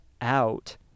out